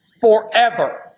forever